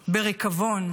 בריקבון,